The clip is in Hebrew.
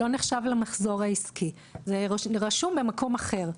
זה לא נחשב למחזור העסקי; זה רשום במקום אחר.